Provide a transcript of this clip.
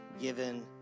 given